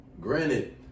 Granted